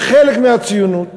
וחלק מהציונות,